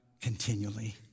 continually